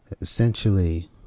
Essentially